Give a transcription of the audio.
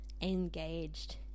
engaged